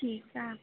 ਠੀਕ ਆ